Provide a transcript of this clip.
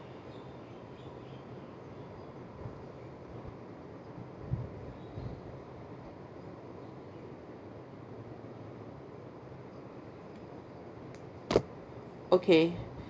okay